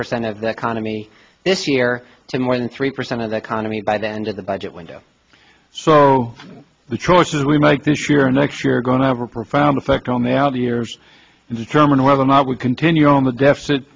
percent of the economy this year to more than three percent of the economy by the end of the budget window so the choices we make this year and next year are going to have a profound effect on the outer years determine whether or not we continue on the deficit